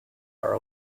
are